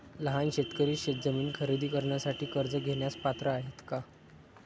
लहान शेतकरी शेतजमीन खरेदी करण्यासाठी कर्ज घेण्यास पात्र आहेत का?